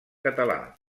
català